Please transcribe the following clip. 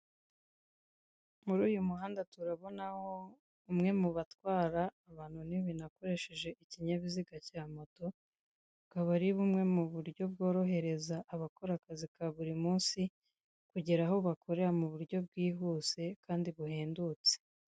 Muri uyu muhanda turabonaho umwe mubatwara abantu n'abantu akoresheje ikinyabiziga cya moto, akaba ari bumwe muburyo bworohereza abakora akazi ka buri munsi, kugera aho bakorera muburyo bwihuse Kandi buhendutse.